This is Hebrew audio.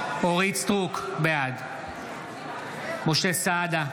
סטרוק, בעד משה סעדה,